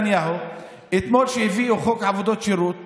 אתמול כשהביאו חוק עבודות שירות